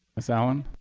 ms. allen?